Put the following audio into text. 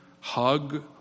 hug